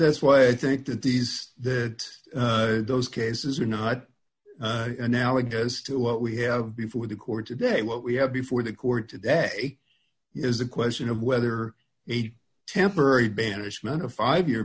that's why i think that these that those cases are not analogous to what we have before the court today what we have before the court today is the question of whether eight temporary banishment a five year